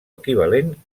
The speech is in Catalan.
equivalent